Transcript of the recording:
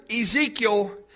Ezekiel